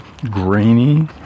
grainy